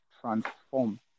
transform